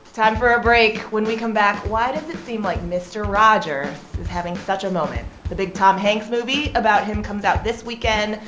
time for a break. when we come back, why does it seem like mister rogers is having such a moment? the big tom hanks movie about him comes out this weekend.